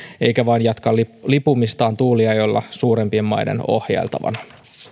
eikä vain jatkaa lipumistaan tuuliajolla suurempien maiden ohjailtavana